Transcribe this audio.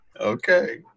okay